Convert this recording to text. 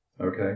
Okay